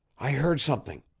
i heard something.